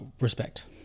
respect